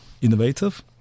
innovative